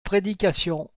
prédication